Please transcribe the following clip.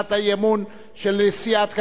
הצעת האי-אמון של סיעת קדימה,